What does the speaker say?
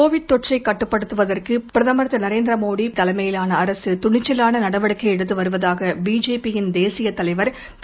Covid தொற்றைக் கட்டுப்படுத்துவதற்கு பிரதமர் திருநரேந்திர மோடி தலைமையிலான அரசு துணிச்சவாள நடவடிக்கை எடுத்து வருவதாக பிஜேபியின் தேசிய தலைவர் திரு